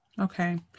Okay